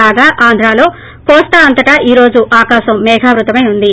కాగా ఆంధ్రలో కోస్త అంతటా ఈ రోజు ఆకాసం మేఘావృతమై ఉంది